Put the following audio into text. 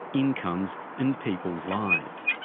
incomes and people's lives.